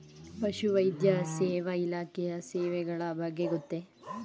ಪಶುವೈದ್ಯ ಸೇವಾ ಇಲಾಖೆಯ ಸೇವೆಗಳ ಬಗ್ಗೆ ಗೊತ್ತೇ?